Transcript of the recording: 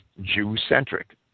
Jew-centric